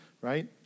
right